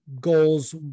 goals